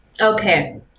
Okay